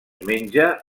menja